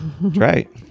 right